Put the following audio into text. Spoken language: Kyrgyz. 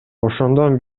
ошондон